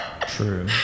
True